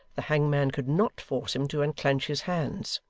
the hangman could not force him to unclench his hands.